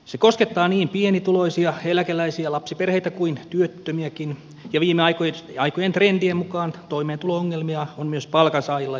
se koskettaa niin pienituloisia eläkeläisiä lapsiperheitä kuin työttömiäkin ja viime aikojen trendien mukaan toimeentulo ongelmia on myös palkansaajilla ja pienyrittäjillä